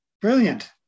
brilliant